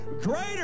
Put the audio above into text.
greater